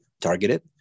targeted